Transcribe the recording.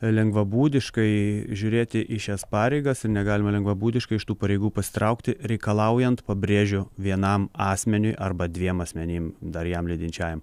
lengvabūdiškai žiūrėti į šias pareigas ir negalima lengvabūdiškai iš tų pareigų pasitraukti reikalaujant pabrėžiu vienam asmeniui arba dviem asmenims dar jam lydinčiajam